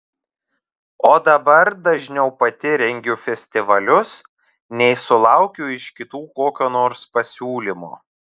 o dabar dažniau pati rengiu festivalius nei sulaukiu iš kitų kokio nors pasiūlymo